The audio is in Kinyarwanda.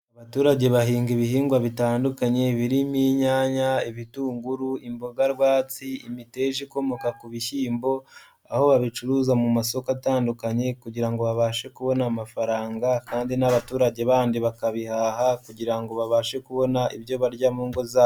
Abaturage bahinga ibihingwa bitandukanye birimo inyanya, ibitunguru, imboga rwatsi, imiteja ikomoka ku bishyimbo, aho babicuruza mu masoko atandukanye kugira ngo babashe kubona amafaranga kandi n'abaturage bandi bakabihaha kugira ngo babashe kubona ibyo barya mu ngo zabo.